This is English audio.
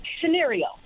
scenario